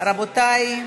רבותי,